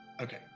Okay